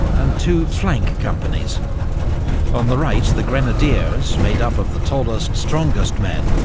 and two flank companies on the right, the grenadiers, made up of the tallest, strongest men,